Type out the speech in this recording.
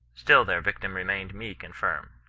still their victim remained meek and firm,